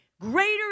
greater